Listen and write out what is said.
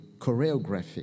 choreographic